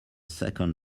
second